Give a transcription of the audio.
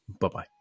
Bye-bye